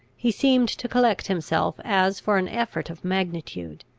he seemed to collect himself as for an effort of magnitude.